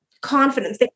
confidence